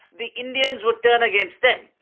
the indians would turn against them.